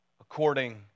according